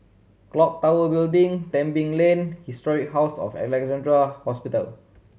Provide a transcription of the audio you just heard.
Clock Tower Building Tebing Lane Historic House of Alexandra Hospital